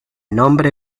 nombre